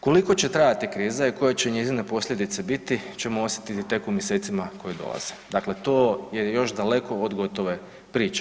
Koliko će trajati kriza i koje će njezine posljedice biti ćemo osjetiti tek u mjesecima koje dolaze, dakle to je još daleko od gotove priče.